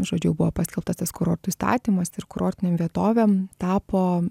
žodžiu jau buvo paskelbtas tas kurortų įstatymas ir kurortinėm vietovėm tapo